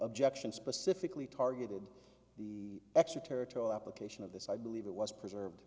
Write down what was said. objection specifically targeted the extraterritorial application of this i believe it was preserved